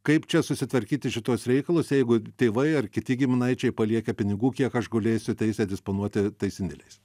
kaip čia susitvarkyti šituos reikalus jeigu tėvai ar kiti giminaičiai palieka pinigų kiek aš galėsiu teisę disponuoti tais indėliais